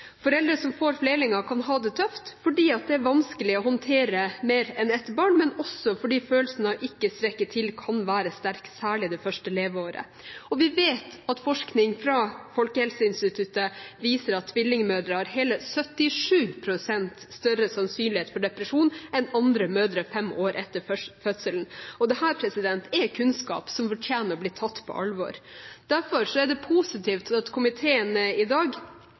Foreldre som får flerlinger, kan ha det tøft fordi det er vanskelig å håndtere mer enn ett barn, men også fordi følelsen av ikke å strekke til kan være sterk, særlig det første leveåret. Og vi vet at forskning fra Folkehelseinstituttet viser at tvillingmødre har hele 77 pst. større sannsynlighet for depresjon enn andre mødre fem år etter fødselen. Dette er kunnskap som fortjener å bli tatt på alvor. Derfor er det positivt at komiteen i dag